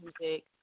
music